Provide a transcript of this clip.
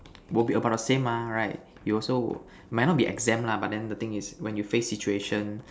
will be about the same mah right you also will might not be exam lah but then the thing is when you face situation